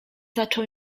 zaczął